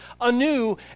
anew